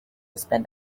spend